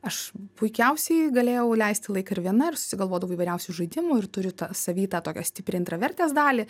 aš puikiausiai galėjau leisti laiką ir viena ir susigalvodavau įvairiausių žaidimų ir turiu tą savy tą tokią stiprią intravertės dalį